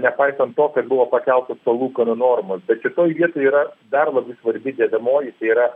nepaisant to kad buvo pakeltos palūkanų normos bet šitoj vietoj yra dar labai svarbi dedamoji tai yra